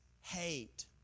hate